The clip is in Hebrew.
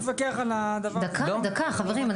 דקה, חברים.